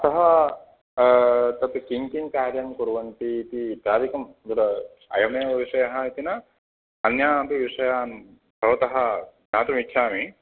अतः तत् किं किं कार्यं कुर्वन्ति इति कारकम् उत अयमेव विषयः इति न अन्यानपि विषयान् भवतः ज्ञातुमिच्छामि